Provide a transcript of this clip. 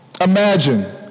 Imagine